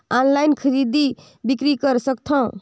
Online खरीदी बिक्री कर सकथव?